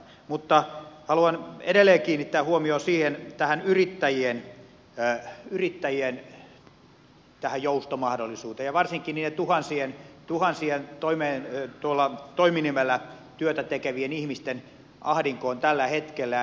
mutta haluan edelleen kiinnittää huomiota tähän yrittäjien joustomahdollisuuteen ja varsinkin niiden tuhansien toiminimellä työtätekevien ihmisten ahdinkoon tällä hetkellä